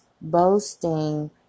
boasting